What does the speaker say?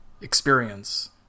experience